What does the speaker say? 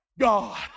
God